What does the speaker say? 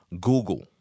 Google